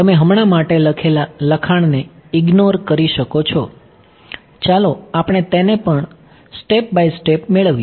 તમે હમણાં માટે લખેલા લખાણને ઇગ્નોર કરી શકો છો ચાલો આપણે તેને પર સ્ટેપ બાય સ્ટેપ મેળવીએ